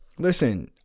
Listen